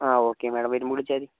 ആ okay madam വരുമ്പോൾ വിളിച്ചാൽ മതി